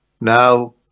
now